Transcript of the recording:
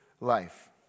Life